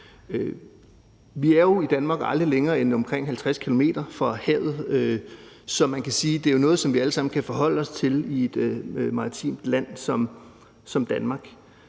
Vi er jo i Danmark aldrig længere end omkring 50 km fra havet, så man kan sige, det er noget, som vi alle sammen kan forholde os til i et maritimt land som Danmark.